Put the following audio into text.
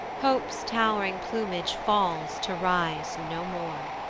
hope's tow'ring plumage falls to rise no more!